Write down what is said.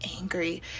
angry